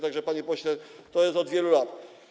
Tak że, panie pośle, to jest od wielu lat.